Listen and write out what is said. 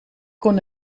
kon